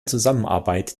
zusammenarbeit